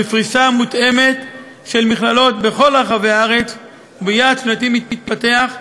בפריסה מותאמת של מכללות בכל רחבי הארץ וביעד שנתי מתפתח,